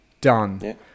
done